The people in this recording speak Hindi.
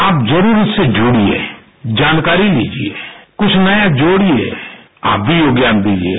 आप जरूर इससे जुडिये जानकारी लिजिये कुछ नया जोडिये आप भी योगदान दीजिये